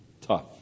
tough